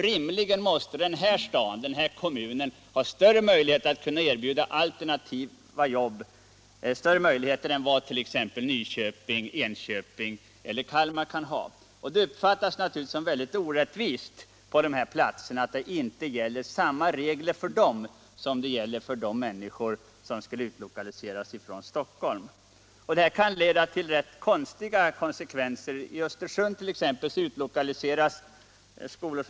Rimligtvis måste den här kommunen ha större möjligheter att erbjuda alternativa jobb än vad t.ex. Nyköping, Enköping och Kalmar har. Det uppfattas naturligtvis som mycket orättvist på de här platserna att inte samma regler gäller för personalen där som för de personer som arbetade i de verk som skulle utlokaliseras från Stockholm. Detta kan leda till ganska konstiga konsekvenser. Till Östersund utlokaliseras vissa skolor.